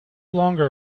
longer